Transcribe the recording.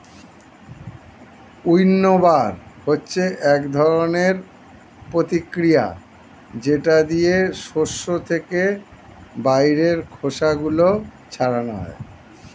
উইন্নবার হচ্ছে এক ধরনের প্রতিক্রিয়া যেটা দিয়ে শস্য থেকে বাইরের খোসা গুলো ছাড়ানো হয়